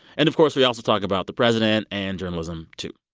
and, of course, we also talk about the president and journalism, too.